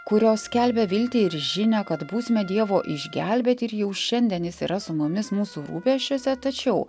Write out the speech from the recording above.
kurios skelbia viltį ir žinią kad būsime dievo išgelbėti ir jau šiandien jis yra su mumis mūsų rūpesčiuose tačiau